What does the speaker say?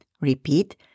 Repeat